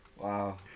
Wow